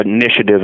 initiative